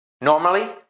Normally